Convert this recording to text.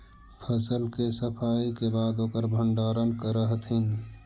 फसल के सफाई के बाद ओकर भण्डारण करऽ हथिन